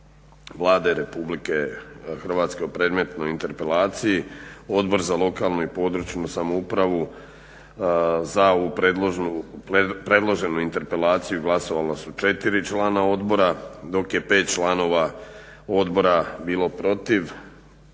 Vlade RH o predmetnoj interpelaciji Odbor za lokalnu i područnu samoupravu za ovu predloženu interpelaciju glasovala su 4 člana odbora dok je 5 članova odbora bilo protiv.